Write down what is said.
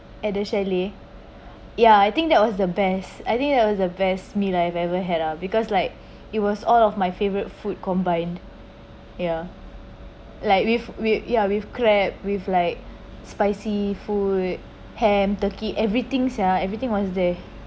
at the chalet ya I think that was the best I think that was the best meal I've ever had ah because like it was all of my favourite food combined ya like we've we've ya we've crab we’ve like spicy food ham turkey everything ah everything was there